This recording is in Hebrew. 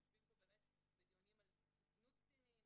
כי אנחנו יושבים פה בדיונים על זנות קטינים